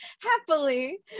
happily